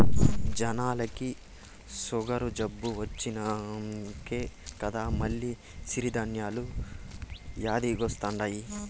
జనాలకి సుగరు జబ్బు వచ్చినంకనే కదా మల్ల సిరి ధాన్యాలు యాదికొస్తండాయి